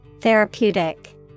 Therapeutic